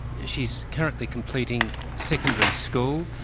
she's currently completing secondary school,